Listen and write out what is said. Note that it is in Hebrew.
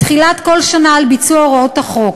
בתחילת כל שנה, על ביצוע הוראות החוק.